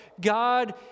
God